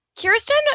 Kirsten